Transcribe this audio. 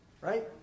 Right